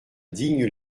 digne